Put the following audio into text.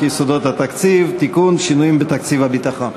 התקציב (תיקון, שינויים בתקציב הביטחון).